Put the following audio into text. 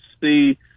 see –